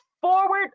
forward